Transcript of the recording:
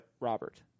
Robert